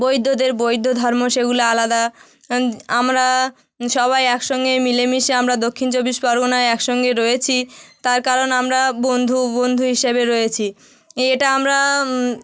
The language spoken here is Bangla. বৌদ্ধদের বৌদ্ধধর্ম সেগুলো আলাদা আমরা সবাই একসঙ্গে মিলেমিশে আমরা দক্ষিন চব্বিশ পরগনায় একসঙ্গে রয়েছি তার কারণ আমরা বন্ধু বন্ধু হিসেবে রয়েছি এটা আমরা